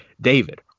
David